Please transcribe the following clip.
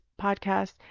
podcast